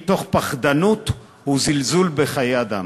מתוך פחדנות וזלזול בחיי אדם.